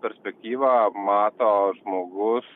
perspektyvą mato žmogus